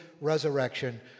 resurrection